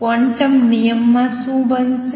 quantum નિયમ માં શું બનશે